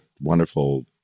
wonderful